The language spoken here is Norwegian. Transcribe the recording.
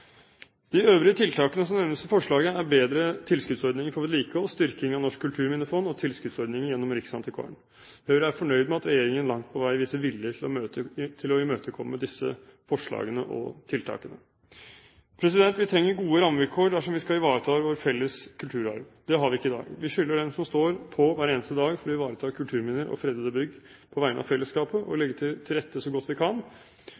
De øvrige tiltakene som nevnes i forslaget, er bedre tilskuddsordninger for vedlikehold, styrking av Norsk kulturminnefond og tilskuddsordninger gjennom riksantikvaren. Høyre er fornøyd med at regjeringen langt på vei viser vilje til å imøtekomme disse forslagene og tiltakene. Vi trenger gode rammevilkår dersom vi skal ivareta vår felles kulturarv. Det har vi ikke i dag. Vi skylder dem som står på hver eneste dag for å ivareta kulturminner og fredede bygg på vegne av fellesskapet, å legge til rette så godt vi kan.